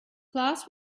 class